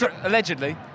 Allegedly